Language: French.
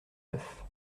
neuf